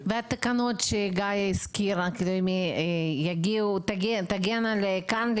והתקנות שגאיה הזכירו תגענה לכאן,